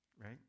right